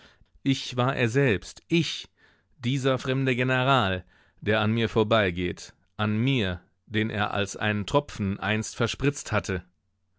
ich war er selbst ich dieser fremde general der an mir vorbeigeht an mir den er als einen tropfen einst verspritzt hatte